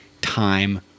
time